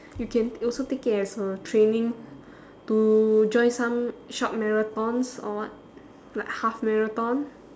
you can also take it as a training to join some short marathons or what like half marathon